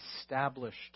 established